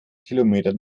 kilometern